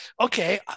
okay